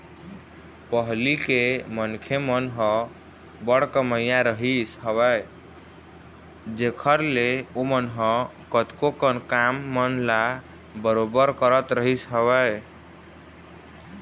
पहिली के मनखे मन ह बड़ कमइया रहिस हवय जेखर ले ओमन ह कतको कन काम मन ल बरोबर करत रहिस हवय